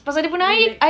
relax